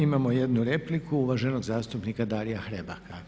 Imamo jednu repliku, uvaženog zastupnika Darija Hrebaka.